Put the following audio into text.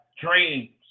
dreams